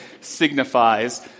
signifies